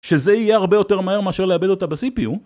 שזה יהיה הרבה יותר מהר מאשר לאבד אותה ב-CPU